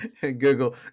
google